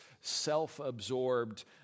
self-absorbed